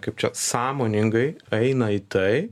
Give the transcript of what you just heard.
kaip čia sąmoningai eina į tai